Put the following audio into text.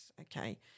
okay